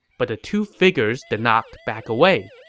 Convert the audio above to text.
but the two figures did not back away.